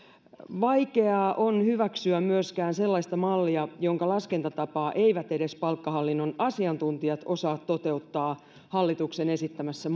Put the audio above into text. vaikeaa on hyväksyä myöskään sellaista mallia jonka laskentatapaa eivät edes palkkahallinnon asiantuntijat osaa toteuttaa hallituksen esittämässä